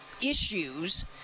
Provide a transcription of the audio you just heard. issues